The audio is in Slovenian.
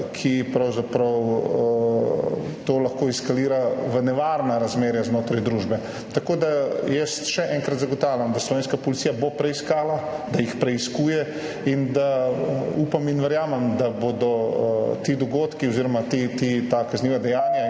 skupine ljudi, to lahko eskalira v nevarna razmerja znotraj družbe. Jaz še enkrat zagotavljam, da slovenska policija bo preiskala, da jih preiskuje, in upam in verjamem, da bodo ti dogodki oziroma ta kazniva dejanja